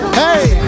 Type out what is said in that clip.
hey